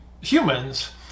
humans